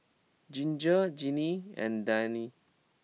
Ginger Jeannie and Diann